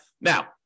Now